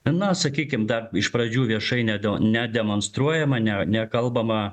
na sakykim dar iš pradžių viešai netgi ne do nedemonstruojama ne nekalbama